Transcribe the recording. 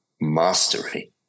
mastery